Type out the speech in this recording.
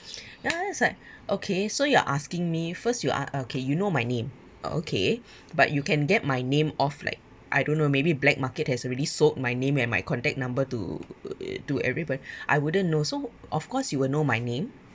I was like okay so you're asking me first you a~ okay you know my name o~ okay but you can get my name off like I don't know maybe black market has already sold my name and my contact number to uh to everybody I wouldn't know so of course you will know my name